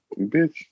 Bitch